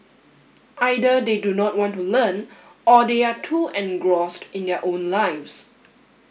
either they do not want to learn or they are too engrossed in their own lives